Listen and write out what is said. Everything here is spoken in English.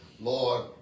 Lord